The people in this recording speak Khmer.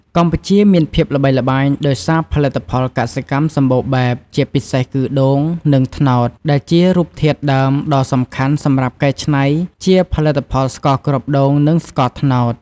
កម្ពុជាមានភាពល្បីល្បាញដោយសារផលិតផលកសិកម្មសម្បូរបែប ជាពិសេសគឺដូង និងត្នោតដែលជារូបធាតុដើមដ៏សំខាន់សម្រាប់កែឆ្នៃជាផលិតផលស្ករគ្រាប់ដូង និង ស្ករត្នោត។